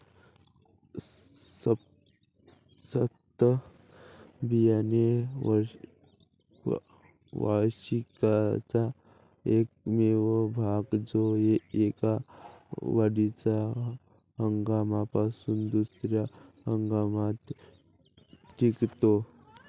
सुप्त बियाणे वार्षिकाचा एकमेव भाग जो एका वाढीच्या हंगामापासून दुसर्या हंगामात टिकतो